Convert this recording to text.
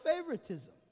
favoritism